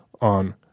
on